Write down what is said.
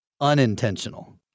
unintentional